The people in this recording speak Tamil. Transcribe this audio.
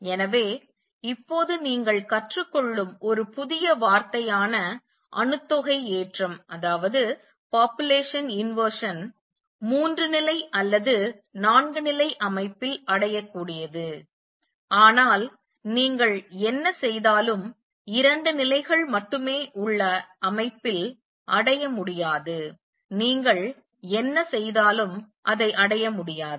எனவே இப்போது நீங்கள் கற்றுக்கொள்ளும் ஒரு புதிய வார்த்தையான அணுத்தொகை ஏற்றம் மூன்று நிலை அல்லது நான்கு நிலை அமைப்பில் அடையக்கூடியது ஆனால் நீங்கள் என்ன செய்தாலும் இரண்டு நிலைகள் மட்டுமே உள்ள அமைப்பில் அடைய முடியாது நீங்கள் என்ன செய்தாலும் அதை அடைய முடியாது